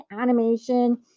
animation